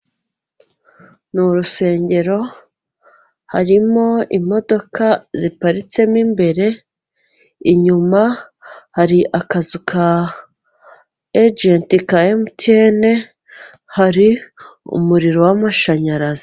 Ni urusengero, harimo imodoka ziparitsemo imbere, inyuma hari akazu ka ejenti ka MTN, hari umuriro w'amashanyarazi.